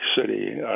City